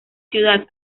ciudad